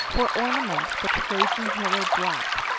for ornament the trojan hero brought,